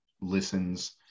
listens